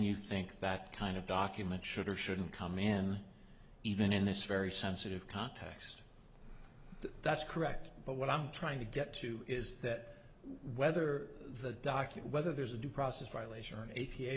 you think that kind of document should or shouldn't come in even in this very sensitive context that's correct but what i'm trying to get to is that whether the docket whether there's a due process violation